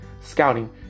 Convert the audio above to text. scouting